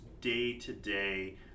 day-to-day